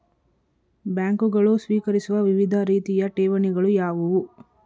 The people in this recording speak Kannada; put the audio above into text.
ಬ್ಯಾಂಕುಗಳು ಸ್ವೀಕರಿಸುವ ವಿವಿಧ ರೀತಿಯ ಠೇವಣಿಗಳು ಯಾವುವು?